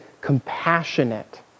compassionate